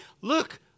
look